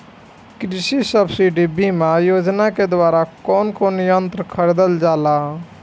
कृषि सब्सिडी बीमा योजना के द्वारा कौन कौन यंत्र खरीदल जाला?